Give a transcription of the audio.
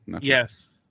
yes